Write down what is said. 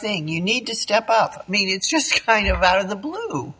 thing you need to step up maybe it's just kind of out of the blue